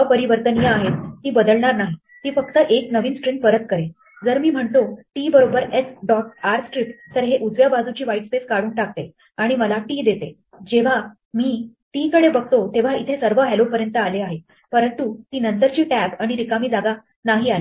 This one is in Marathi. अपरिवर्तनीय आहेत ती बदलणार नाही ती फक्त एक नवीन स्ट्रिंग परत करेल जर मी म्हणतो t बरोबर s dot rstrip तर हे उजव्या बाजूची व्हाइटस्पेस काढून टाकते आणि मला t देते मी जेव्हा मी t कडे बघतो तेव्हा इथे सर्व hello पर्यंत आले आहे परंतु ती नंतरची टॅब आणि रिकामी जागा नाही आली